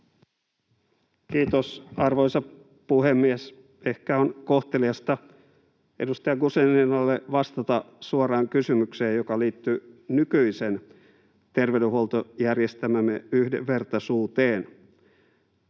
Kiitos, arvoisa puhemies! Ehkä on kohteliasta edustaja Guzeninalle vastata suoraan kysymykseen, joka liittyi nykyisen terveydenhuoltojärjestelmämme yhdenvertaisuuteen.